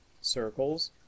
Circles